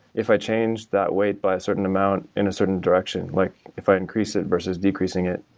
if i change that weight by certain amount in a certain direction, like if i increase it versus decreasing it,